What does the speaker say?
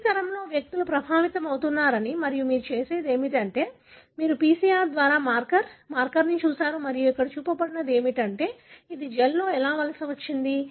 ప్రతి తరంలో వ్యక్తులు ప్రభావితమవుతున్నారని మరియు మీరు చేసినది ఏమిటంటే మీరు PCR ద్వారా మార్కర్ మార్కర్ను చూసారు మరియు ఇక్కడ చూపబడినది ఏమిటంటే ఇది జెల్లో ఎలా వలస వచ్చింది